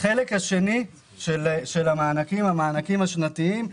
החלק השני של המענקים הוא המענקים השנתיים.